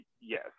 Yes